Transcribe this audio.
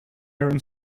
iron